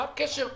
מה הקשר חנ"י?